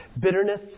Bitterness